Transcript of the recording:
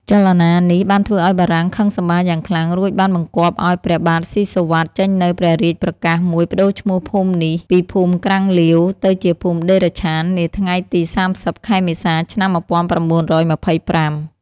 ចលនានេះបានធ្វើឱ្យបារាំងខឹងសម្បារយ៉ាងខ្លាំង រួចបានបង្គាប់ឱ្យព្រះបាទស៊ីសុវត្ថិចេញនូវព្រះរាជប្រកាសមួយប្ដូរឈ្មោះភូមិនេះពីភូមិក្រាំងលាវ ទៅជាភូមិតិរិច្ឆាន នាថ្ងៃទី ៣០ ខែមេសា ឆ្នាំ ១៩២៥។